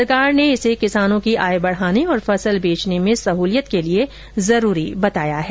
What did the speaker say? सरकार ने इसे किसानों की आय बढ़ाने और फसल बेचने में सहुलियत के लिए जरूरी बताया है